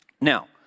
Now